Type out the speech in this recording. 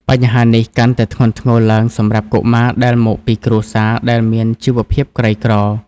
បញ្ហានេះកាន់តែធ្ងន់ធ្ងរឡើងសម្រាប់កុមារដែលមកពីគ្រួសារដែលមានជីវភាពក្រីក្រ។